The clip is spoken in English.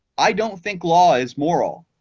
i don't think law is moral.